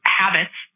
habits